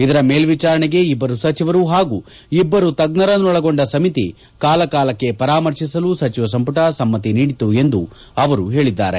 ಇದರ ಮೇಲ್ವಿಚಾರಣೆಗೆ ಇಬ್ಬರು ಸಚಿವರು ಹಾಗೂ ಇಬ್ಬರು ತಜ್ಜರನ್ನೊಳಗೊಂಡ ಸಮಿತಿ ಕಾಲ ಕಾಲಕ್ಕೆ ಪರಾಮರ್ಶಿಸಲು ಸಚಿವ ಸಂಮಟ ಸಮ್ನಿ ನೀಡಿತು ಎಂದು ಅವರು ತಿಳಿಸಿದರು